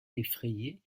effrayée